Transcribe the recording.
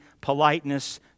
politeness